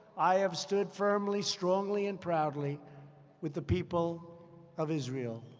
i have stood firmly, strongly, and proudly with the people of israel.